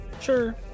Sure